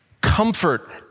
comfort